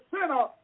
center